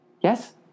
Yes